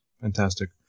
Fantastic